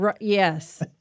Yes